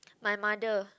my mother